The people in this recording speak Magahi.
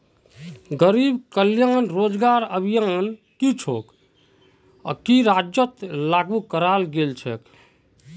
गरीब कल्याण रोजगार अभियान छो खन राज्यत लागू कराल गेल छेक